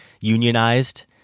unionized